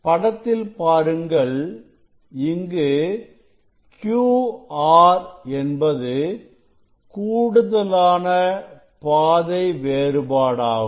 படத்தில் பாருங்கள் இங்கு QR என்பது கூடுதலான பாதை வேறுபாடாகும்